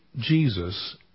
Jesus